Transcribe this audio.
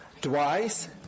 twice